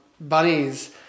Bunnies